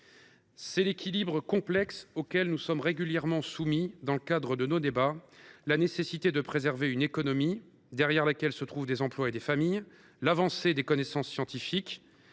C’est l’équilibre complexe auquel nous sommes régulièrement soumis dans le cadre de nos débats : la nécessité de préserver une économie, derrière laquelle se trouvent des emplois et des familles, l’avancée des connaissances scientifiques,